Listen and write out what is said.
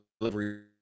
delivery